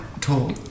tall